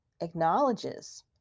acknowledges